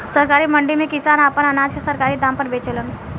सरकारी मंडी में किसान आपन अनाज के सरकारी दाम पर बेचेलन